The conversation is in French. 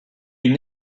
une